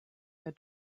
der